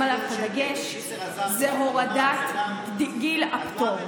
עליו את הדגש הוא הורדת גיל הפטור.